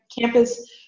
campus